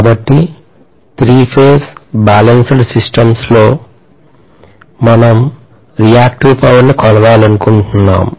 కాబట్టి three phase balanced systems లో లో మనం రియాక్టివ్ పవర్ ని కొలవాలనుకుంటున్నాము